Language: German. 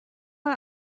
mal